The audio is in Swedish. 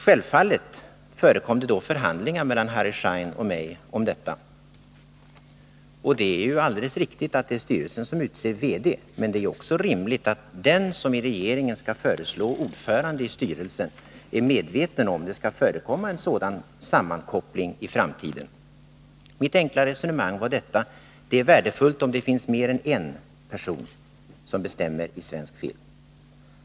Självfallet förekom det förhandlingar mellan Harry Schein och mig om detta. Det är alldeles riktigt att det är styrelsen som utser VD, men det är också rimligt att den som i regeringen skall föreslå ordförande i styrelsen är medveten om huruvida det skall förekomma en sådan sammankoppling i framtiden. Mitt enkla resonemang var detta: Det är värdefullt om det finns mer än en person som bestämmer i svensk film.